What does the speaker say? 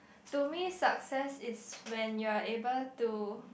to me success is when you are able to